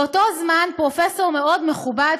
באותו זמן פרופסור מאוד מכובד,